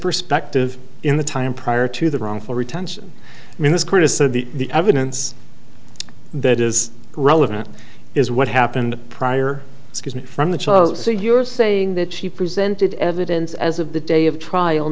perspective in the time prior to the wrongful retention i mean this criticism of the evidence that is relevant is what happened prior from the child so you're saying that she presented evidence as of the day of trial